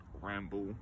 ramble